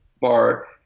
bar